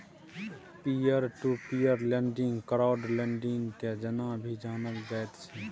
peer to peer lending crowd lending के जेना भी जानल जाइत छै